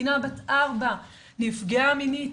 קטינה בת ארבע נפגעה מינית,